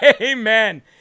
Amen